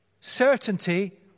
certainty